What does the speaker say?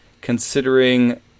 considering